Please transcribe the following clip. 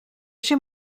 chez